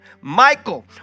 Michael